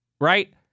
Right